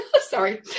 sorry